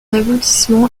aboutissement